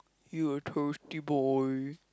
you are thirsty boy